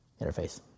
interface